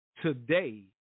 Today